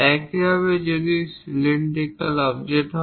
একইভাবে যদি এগুলি সিলিন্ডিকাল অবজেক্ট হয়